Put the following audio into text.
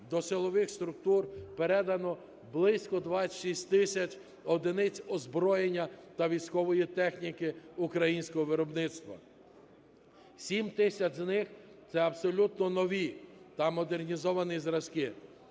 до силових структур передано близько 26 тисяч одиниць озброєння та військової техніки українського виробництва. Сім тисяч з них – це абсолютно нові та модернізовані зразки.